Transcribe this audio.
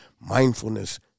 mindfulness